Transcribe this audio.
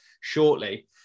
shortly